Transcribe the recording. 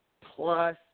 Plus